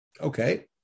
Okay